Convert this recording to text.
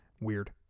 Weird